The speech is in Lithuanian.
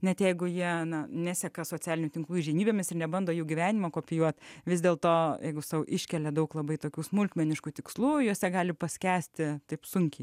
net jeigu jie na neseka socialinių tinklų įžymybėmis ir nebando jų gyvenimo kopijuoti vis dėlto jeigu sau iškelia daug labai tokių smulkmeniškų tikslų juose gali paskęsti taip sunkiai